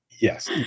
yes